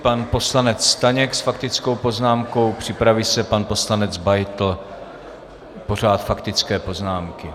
Pan poslanec Staněk s faktickou poznámkou, připraví se pan poslanec Beitl pořád faktické poznámky.